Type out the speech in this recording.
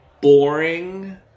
boring